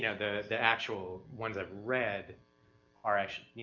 yeah the the actual ones i've read are actually,